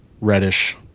reddish